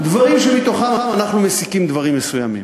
דברים שמתוכם אנחנו מסיקים דברים מסוימים.